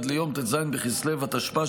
עד ליום ט"ז בכסלו התשפ"ה,